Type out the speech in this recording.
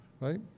right